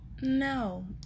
no